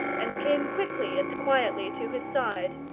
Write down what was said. and came quickly and quietly to his side,